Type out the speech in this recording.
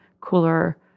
cooler